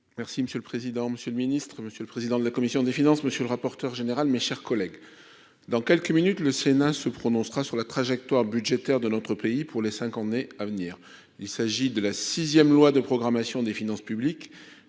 monsieur le président, Monsieur le Ministre, Monsieur le président de la commission des finances, monsieur le rapporteur général, mes chers collègues, dans quelques minutes, le Sénat se prononcera sur la trajectoire budgétaire de notre pays pour les 5 ans né à venir, il s'agit de la 6ème loi de programmation des finances publiques